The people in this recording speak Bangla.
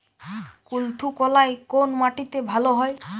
কুলত্থ কলাই কোন মাটিতে ভালো হয়?